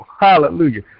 hallelujah